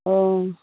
অ'